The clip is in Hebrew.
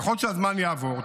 ככל שהזמן יעבור,